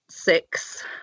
six